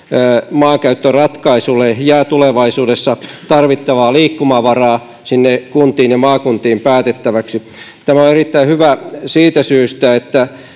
maankäyttöratkaisuille jää tulevaisuudessa tarvittavaa liikkumavaraa sinne kuntiin ja maakuntiin päätettäväksi tämä on erittäin hyvä siitä syystä että